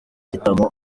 gitaramo